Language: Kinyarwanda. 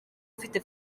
ufite